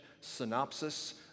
synopsis